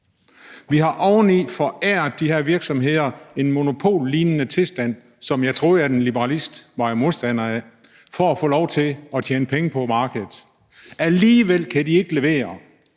vi har oven i det foræret de her virksomheder en monopollignende tilstand, som jeg troede at en liberalist var modstander af, for at få lov til at tjene penge på markedet. Alligevel kan de ikke levere.